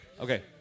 Okay